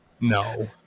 No